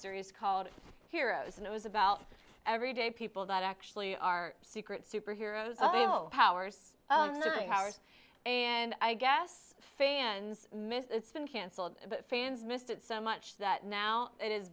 series called heroes and it was about everyday people that actually are secret superheroes powers powers and i guess fans missed it's been canceled the fans missed it so much that now it is